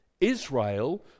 Israel